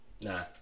Nah